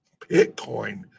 Bitcoin